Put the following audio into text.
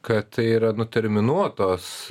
kad tai yra nu terminuotos